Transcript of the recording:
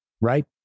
right